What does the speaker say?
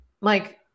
Mike